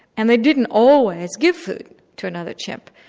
and they didn't always give food to another chimp,